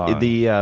the ah